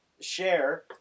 share